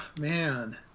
man